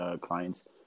clients